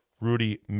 Rudy